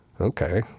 okay